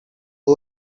who